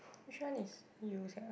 which one is used ah